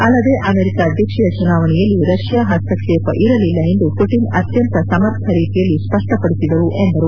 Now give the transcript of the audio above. ಅಲ್ಲದೇ ಅಮೆರಿಕ ಅಧ್ಯಕ್ಷೀಯ ಚುನಾವಣೆಯಲ್ಲಿ ರಷ್ಲಾ ಹಸ್ತಕ್ಷೇಪ ಇರಲಲ್ಲ ಎಂದು ಪುಟನ್ ಅತ್ಗಂತ ಸಮರ್ಥ ರೀತಿಯಲ್ಲಿ ಸ್ಪಷ್ಟಪಡಿಸಿದರು ಎಂದರು